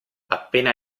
appena